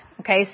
Okay